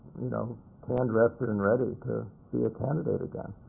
you know tanned, rested, and ready to be a candidate again.